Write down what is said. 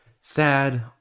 sad